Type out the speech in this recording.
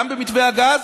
גם במתווה הגז